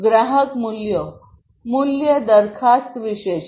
ગ્રાહક મૂલ્યો મૂલ્ય દરખાસ્ત વિશે છે